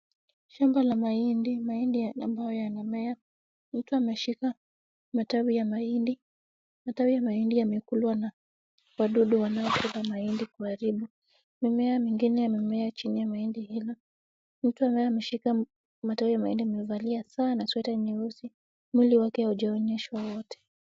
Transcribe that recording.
Shamba la mahindi. Mahindi ambao yanamea ,mtu ameshika matawai ya mahindi. Matawi ya mahindi yamekulwa na wadudu wanaokula mahindi kuharibu, Mimea mingine imemea chini ya mahindi hilo. Mtu naye ameshika matawi ya mahindi amevalia saa na sweta nyeusi. Mwili wake ujaonyeshwa wote.